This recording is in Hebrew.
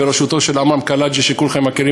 בראשותו של עמרם קלעג'י שכולכם מכירים,